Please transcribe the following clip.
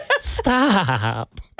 Stop